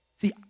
See